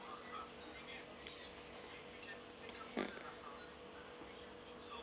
mm